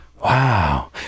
Wow